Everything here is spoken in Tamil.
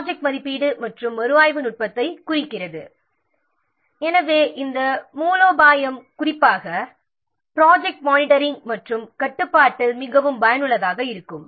அது ப்ராஜெக்ட் மதிப்பீடு மற்றும் மறுஆய்வு நுட்பத்தை குறிக்கிறது இந்த மூலோபாயம் குறிப்பாக ப்ராஜெக்ட் மானிட்டரிங் மற்றும் கட்டுப்பாட்டில் மிகவும் பயனுள்ளதாக இருக்கும்